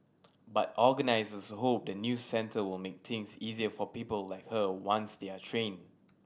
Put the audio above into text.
but organisers hope the new centre will make things easier for people like her once they are trained